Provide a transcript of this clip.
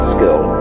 Skill